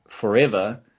forever